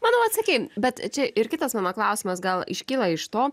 manau atsakei bet čia ir kitas mano klausimas gal iškyla iš to